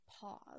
pause